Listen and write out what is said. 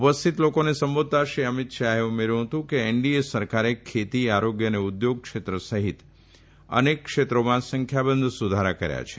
ઉપસ્થિત લોકોને સંબોધતાં શ્રી અમિત શાહે ઉમેર્યુ હતું કે એનડીએ સરકારે ખેતી આરોગ્ય અને ઉદ્યોગ ક્ષેત્ર સહિત અનેક ક્ષેત્રોમાં સંખ્યાબંધ સુધારા કર્યા છે